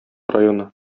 районы